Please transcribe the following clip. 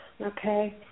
Okay